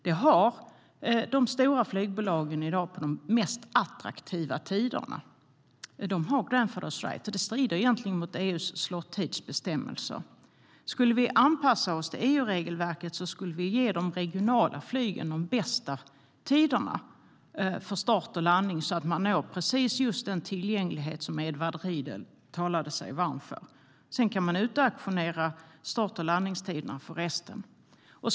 Det har de stora flygbolagen i dag på de mest attraktiva tiderna, trots att det egentligen strider mot EU:s slottidsbestämmelser. Skulle vi anpassa oss till EU-regelverket skulle vi ge de regionala flygen de bästa tiderna för start och landning så att de får den tillgänglighet som Edward Riedl talade sig varm för. Sedan kan man utauktionera start och landningstiderna för övrig trafik.